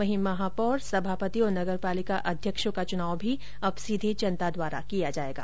वहीं महापौर सभापति और नगरपालिका अध्यक्षों का चुनाव भी अब सीधे जनता द्वारा किया जायेगा